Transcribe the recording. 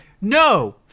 No